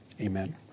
Amen